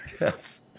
Yes